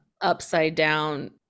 upside-down